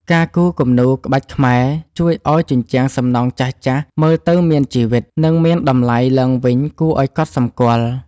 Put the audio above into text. ការគូរគំនូរក្បាច់ខ្មែរជួយឱ្យជញ្ជាំងសំណង់ចាស់ៗមើលទៅមានជីវិត និងមានតម្លៃឡើងវិញគួរឱ្យកត់សម្គាល់។